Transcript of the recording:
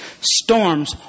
Storms